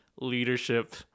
leadership